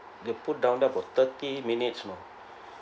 they put down there for thirty minutes orh